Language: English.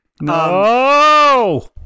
No